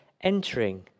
entering